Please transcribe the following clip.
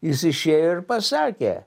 jis išėjo ir pasakė